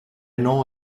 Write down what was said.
know